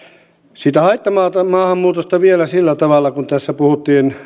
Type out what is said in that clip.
elämään siitä haittamaahanmuutosta vielä sillä tavalla että kun tässä puhuttiin